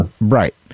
right